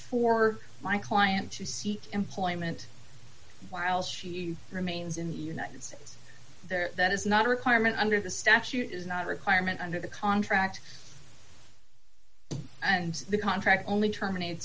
for my client to seek employment while she remains in the united states there that is not a requirement under the statute is not a requirement under the contract and the contract only terminate